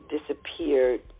disappeared